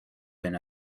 been